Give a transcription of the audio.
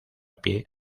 pie